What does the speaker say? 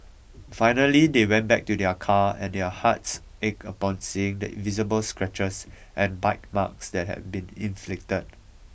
finally they went back to their car and their hearts ached upon seeing the visible scratches and bite marks that had been inflicted